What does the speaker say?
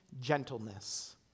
gentleness